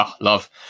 love